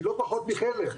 היא לא פחות מחלם.